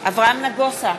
אברהם נגוסה,